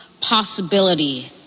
possibility